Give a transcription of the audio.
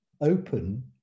open